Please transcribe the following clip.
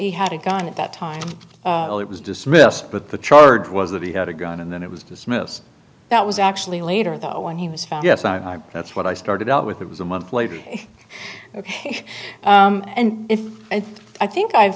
he had a gun at that time it was dismissed but the charge was that he had a gun and then it was dismissed that was actually later that when he was found yes that's what i started out with it was a month later ok and if i think i